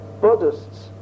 Buddhists